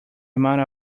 amount